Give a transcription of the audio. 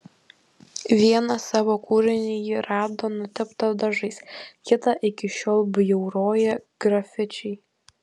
vieną savo kūrinį ji rado nuteptą dažais kitą iki šiol bjauroja grafičiai